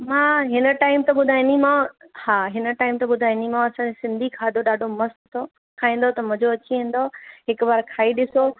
मां हिन टाइम त ॿुधाईंदीमांव हा हिन टाइम ते ॿुधाईंदीमांव असांजो सिंधी खादो ॾाढो मस्त तव खाईंदव त मज़ो अची वेंदव हिक बार खाई ॾिसो